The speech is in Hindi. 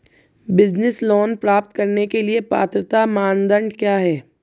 बिज़नेस लोंन प्राप्त करने के लिए पात्रता मानदंड क्या हैं?